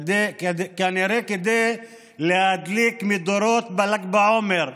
כנראה כדי להדליק מדורות בל"ג בעומר.